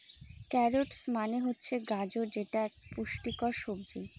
carrots মানে হচ্ছে গাজর যেটা এক পুষ্টিকর সবজি